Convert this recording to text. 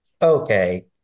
Okay